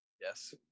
yes